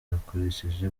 bakoresheje